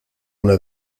una